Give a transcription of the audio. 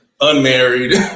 unmarried